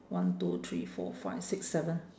one two three four five six seven